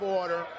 order